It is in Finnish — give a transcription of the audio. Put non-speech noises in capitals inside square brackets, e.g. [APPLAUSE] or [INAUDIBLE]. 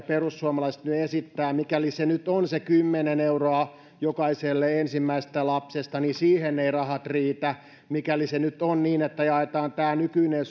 [UNINTELLIGIBLE] perussuomalaiset nyt esittävät mikäli se nyt on se kymmenen euroa jokaiselle ensimmäisestä lapsesta siihen eivät rahat riitä mikäli se on niin että jaetaan tämä nykyinen [UNINTELLIGIBLE]